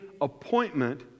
appointment